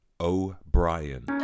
O'Brien